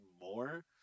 More